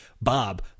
Bob